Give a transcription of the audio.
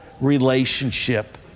Relationship